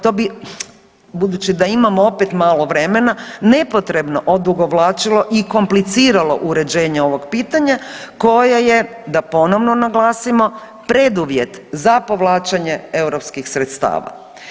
To bi, budući da imamo opet malo vremena nepotrebno odugovlačilo i kompliciralo uređenje ovog pitanja koje je da ponovno naglasimo preduvjet za povlačenje europskih sredstava.